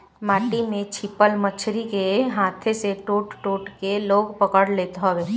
माटी में छिपल मछरी के हाथे से टो टो के लोग पकड़ लेत हवे